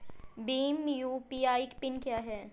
Bhim UPI PIN क्या है?